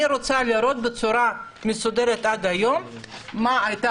אני רוצה לראות בצורה מסודרת עד היום מה הייתה